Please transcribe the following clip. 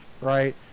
right